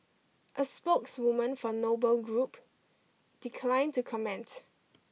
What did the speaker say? a spokeswoman for Noble Group declined to comment